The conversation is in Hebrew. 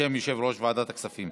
בשם יושב-ראש ועדת הכספים.